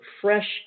fresh